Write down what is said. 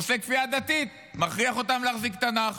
עושה כפייה דתית, מכריח אותם להחזיק תנ"ך,